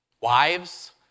Wives